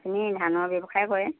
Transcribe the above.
আপুনি ধানৰ ব্যৱসায় কৰে